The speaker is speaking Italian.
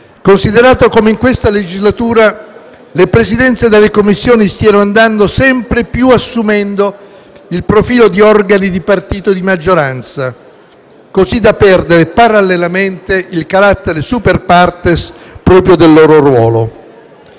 considerato come in questa legislatura le Presidenze delle Commissioni stiamo andando sempre più assumendo il profilo di organi dei partiti di maggioranza, così da perdere, parallelamente, il carattere *super partes* proprio del loro ruolo.